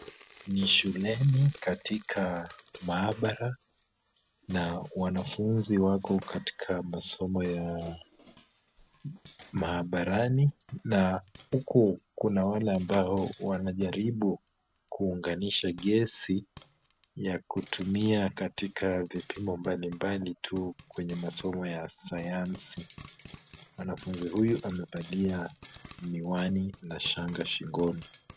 Ni shuleni katika maabara, na wanafunzi wako katika masomo ya maabarani, na huku kuna wale ambao wanajaribu kuunganisha gesi ya kutumia katika vipimo mbambali tu kwenye masomo ya sayansi. Mwanafuzi huyu amevalia miwani na shanga shingoni.